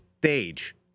stage